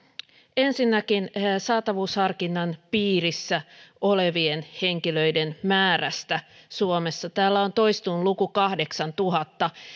ensinnäkin saatavuusharkinnan piirissä olevien henkilöiden määrästä suomessa täällä on toistunut luku kahdeksantuhatta